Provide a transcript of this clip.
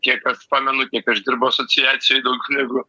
kiek aš pamenu kiek aš dirbu asociacijoj daug negu